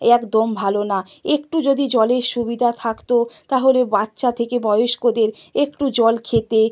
একদম ভালো না একটু যদি জলের সুবিধা থাকত তাহলে বাচ্চা থেকে বয়স্কদের একটু জল খেতে